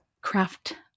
craft